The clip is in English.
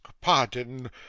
pardon